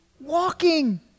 walking